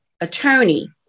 attorney